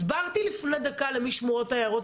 הסברתי לפני דקה למי שמורות ההערות